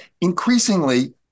increasingly